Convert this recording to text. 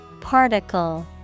Particle